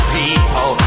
people